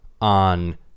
on